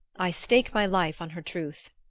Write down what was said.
i stake my life on her truth,